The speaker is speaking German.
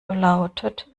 lautet